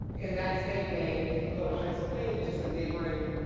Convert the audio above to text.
in that same vein, you can go to pennsylvania, just a neighboring